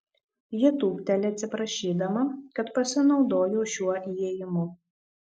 ji tūpteli atsiprašydama kad pasinaudojo šiuo įėjimu